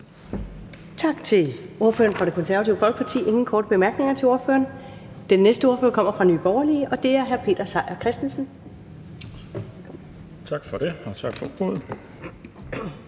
Tak til ordføreren for Det Konservative Folkeparti. Der er ingen korte bemærkninger til ordføreren. Den næste ordfører kommer fra Nye Borgerlige, og det er hr. Peter Seier Christensen. Kl. 19:13 (Ordfører) Peter